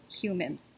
human